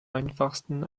einfachsten